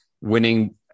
winning